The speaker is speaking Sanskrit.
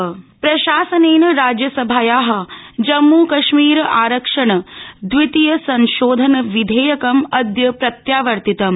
राज्यसभा प्रशासनेन राज्यसभाया जम्मू कश्मीर आरक्षण द्वितीय संशोधन विधेयकं अद्य प्रत्यावर्तितम्